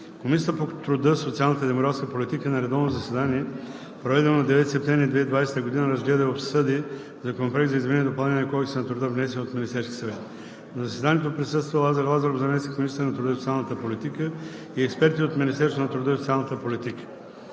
Комисията по труда, социалната и демографската политика на редовно заседание, проведено на 9 септември 2020 г., разгледа и обсъди Законопроекта за изменение и допълнение на Кодекса на труда, внесен от Министерския съвет. На заседанието присъства Лазар Лазаров – заместник-министър на труда и социалната политика, и експерти от Министерството на труда и социалната политика.